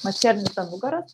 mačernis ant nugaros